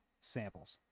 samples